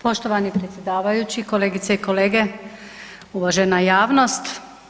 Poštovani predsjedavajući, kolegice i kolege, uvažena javnost.